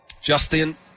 Justin